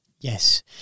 Yes